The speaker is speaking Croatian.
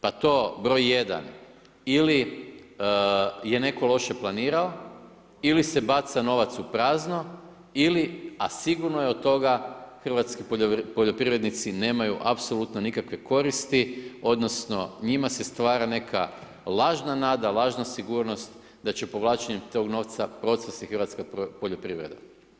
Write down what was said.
Pa to, br. 1. ili je netko loše planirao ili se baca novac u prazno ili a sigurno je od toga hrvatski poljoprivrednici nemaju apsolutno nikakve koristi, odnosno njima se stvara neka lažna nada, lažna sigurnost da će povlačenjem tog novca procvasti hrvatska poljoprivreda.